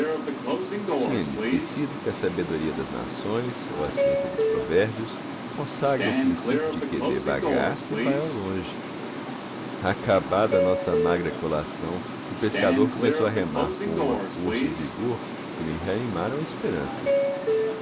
que a sabedoria das nações ou a ciência dos provérbios consagra o princípio de que devagar se vai ao longe acabada a nossa magra colação o pescador começou a remar com uma força e um vigor que me reanimaram a esperança